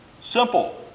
Simple